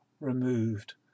removed